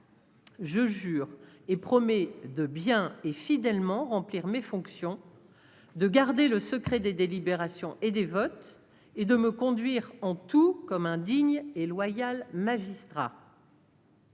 Je jure et promets de bien et fidèlement remplir mes fonctions de garder le secret des délibérations et des votes et de me conduire en tout comme un digne et loyal magistrat.